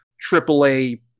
triple-A